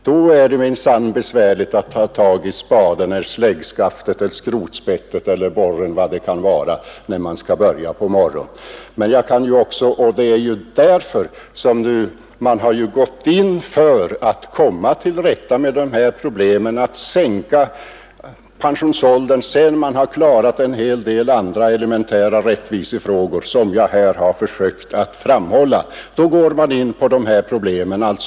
Då är det minsann besvärligt att ta tag i spaden, släggskaftet, skrotspettet, borren eller vad det kan vara, när man skall börja på morgonen. Man har gått in för att komma till rätta med dessa problem. Sedan man klarat av dem och en hel del andra elementära rättvisefrågor, tar man upp den sänkta pensionsåldern.